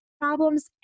problems